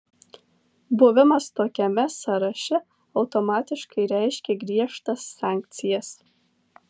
buvimas tokiame sąraše automatiškai reiškia griežtas sankcijas